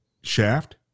shaft